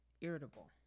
irritable